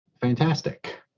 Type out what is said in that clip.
fantastic